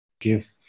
give